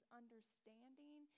understanding